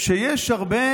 שיש הרבה